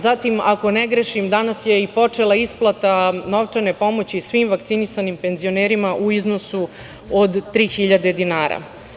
Zatim, ako ne grešim, danas je počela i isplata novčane pomoći svim vakcinisanim penzionerima u iznosu od 3.000 dinara.